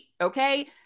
okay